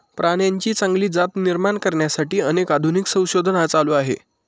प्राण्यांची चांगली जात निर्माण करण्यासाठी अनेक आधुनिक संशोधन चालू आहे